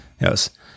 Yes